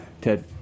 Ted